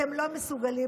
אתם לא מסוגלים לקיים?